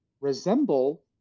resemble